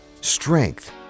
strength